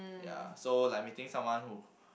ya so like meeting someone who